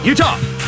Utah